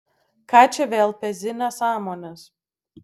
ką čia vėl pezi nesąmones